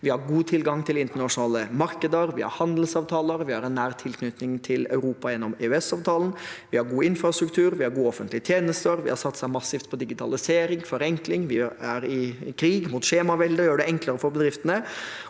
vi har god tilgang til internasjonale markeder, vi har handelsavtaler, vi har nær tilknytning til Europa gjennom EØS-avtalen, vi har god infrastruktur, vi har gode offentlige tjenester, vi har satset massivt på digitalisering og forenkling, og vi er i krig mot skjemaveldet og gjør det enklere for bedriftene.